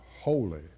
holy